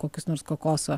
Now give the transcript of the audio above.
kokius nors kokoso